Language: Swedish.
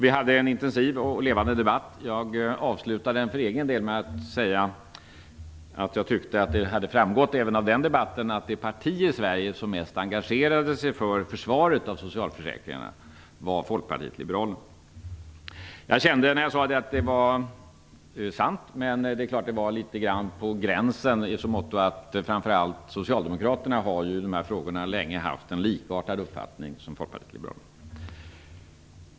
Vi hade en intensiv och levande debatt. Jag avslutade den för egen del med att säga att jag tyckte att det även av den debatten hade framgått att det parti i Sverige som mest engagerade sig för försvaret av socialförsäkringarna var Folkpartiet liberalerna. Jag kände, när jag sade det, att det var sant. Men det är klart att det var litet grand på gränsen i så måtto att framför allt Socialdemokraterna länge har haft en med Folkpartiet liberalerna likartad uppfattning i dessa frågor.